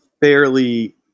fairly